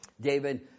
David